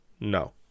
no